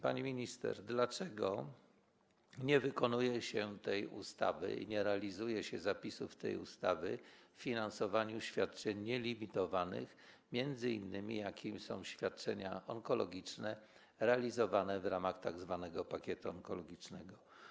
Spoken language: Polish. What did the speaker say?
Pani minister, dlaczego nie wykonuje się tej ustawy i nie realizuje się zapisów tej ustawy w finansowaniu świadczeń nielimitowanych, m.in. takich, jakimi są świadczenia onkologiczne realizowane w ramach tzw. pakietu onkologicznego?